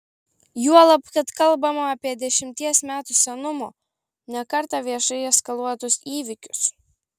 juolab kad kalbama apie dešimties metų senumo ne kartą viešai eskaluotus įvykius